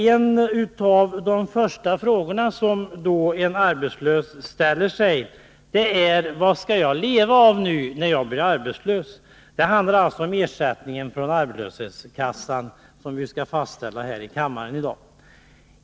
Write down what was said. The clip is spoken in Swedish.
En av de första frågorna som en arbetslös ställer sig är: Vad skall jag leva av nu när jag blir arbetslös? Det handlar alltså om ersättningen från arbetslöshetskassan, som vi skall fastställa här i kammaren i dag.